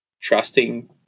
trusting